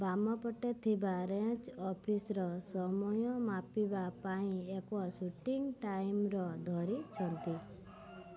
ବାମପଟେ ଥିବା range officer ସମୟ ମାପିବା ପାଇଁ ଏକ ସୁଟିଂ ଟାଇମର୍ ଧରିଛନ୍ତି